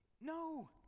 no